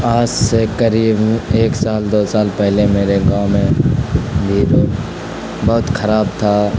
آج سے قریب ایک سال دو سال پہلے میرے گاؤں میں بھی روڈ بہت خراب تھا